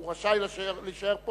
אני לא חוזר בי מהמלה "תשתוק".